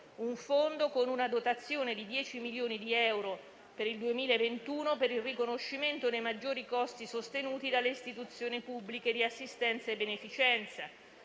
un fondo con una dotazione di 10 milioni di euro per il 2021 per il riconoscimento dei maggiori costi sostenuti dalle istituzioni pubbliche di assistenza e beneficenza